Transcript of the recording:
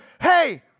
hey